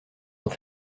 dont